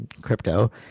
crypto